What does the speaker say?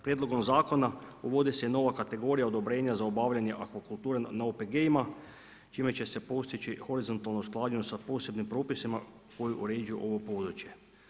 Prijedlogom zakona, uvodi se i nova kategorija odobrenje za obavljanje akvakulture na OPG-ima, čime će se postiči horizontalno usklađen sa posebnim propisima, koje uređuju ovo područje.